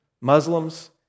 Muslims